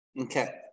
Okay